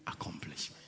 accomplishment